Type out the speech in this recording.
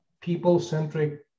people-centric